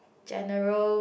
general